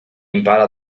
impara